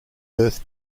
earth